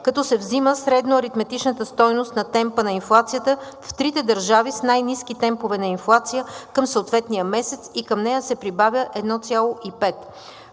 като се взима средноаритметичната стойност на темпа на инфлацията в трите държави с най-ниски темпове на инфлация към съответния месец и към нея се прибавя 1,5.